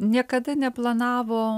niekada neplanavo